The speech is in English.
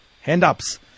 hand-ups